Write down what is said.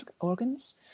organs